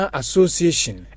association